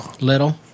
Little